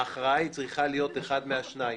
ההכרעה צריכה להיות אחד מהשניים: